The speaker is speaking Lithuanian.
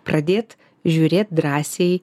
pradėt žiūrėt drąsiai